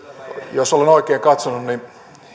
jos olen oikein katsonut niin